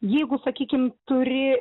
jeigu sakykim turi